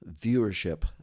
viewership